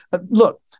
Look